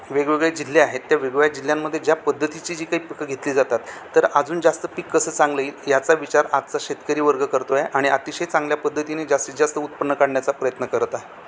वेगवेगळे जिल्हे आहेत त्या वेगवेगळ्या जिल्ह्यांमध्ये ज्या पद्धतीची जी काही पिकं घेतली जातात तर अजून जास्त पीक कसं चांगलं येईल याचा विचार आजचा शेतकरी वर्ग करतो आहे आणि अतिशय चांगल्या पद्धतीने जास्तीत जास्त उत्पन्न काढण्याचा प्रयत्न करत आहे